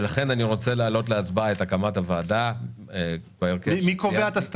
ולכן אני רוצה להעלות להצבעה את הקמת הוועדה בהרכב שציינתי.